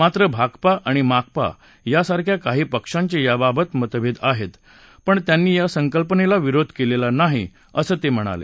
मात्र भाकपा आणि माकपा यांसारख्या काही पक्षांचे याबाबत मतभेद आहेत पण त्यांनी या संकल्पनेला विरोध केलेला नाही असं ते म्हणाले